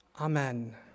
Amen